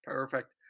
Perfect